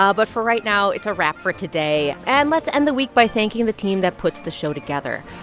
but for right now it's a wrap for today, and let's end the week by thanking the team that puts the show together.